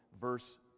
verse